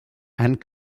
and